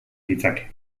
ditzake